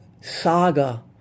saga